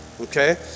Okay